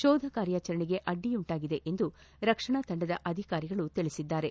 ಶೋಧ ಕಾರ್ಯಾಚರಣೆಗೆ ಅಡ್ಡಿಯುಂಟಾಗಿದೆ ಎಂದು ರಕ್ಷಣಾ ತಂಡದ ಅಧಿಕಾರಿಗಳು ತಿಳಿಸಿದ್ದಾರೆ